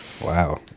Wow